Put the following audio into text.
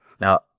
Now